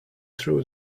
threw